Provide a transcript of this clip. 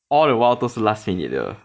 all the while 都是 last minute 的